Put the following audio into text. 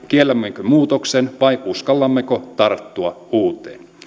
kiellämmekö muutoksen vai uskallammeko tarttua uuteen